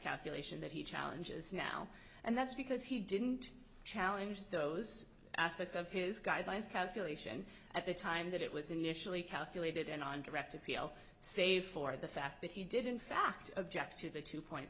calculation that he challenges now and that's because he didn't challenge those aspects of his guidelines calculation at the time that it was initially calculated and on direct appeal save for the fact that he did in fact object to the two point